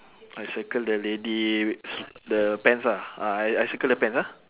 I circle the lady s~ the pants ah ah I I circle the pants ah